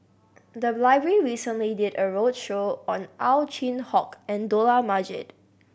the library recently did a roadshow on Ow Chin Hock and Dollah Majid